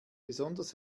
besonders